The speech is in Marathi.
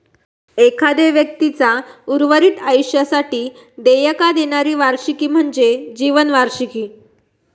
एखाद्यो व्यक्तीचा उर्वरित आयुष्यासाठी देयका देणारी वार्षिकी म्हणजे जीवन वार्षिकी